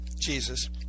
Jesus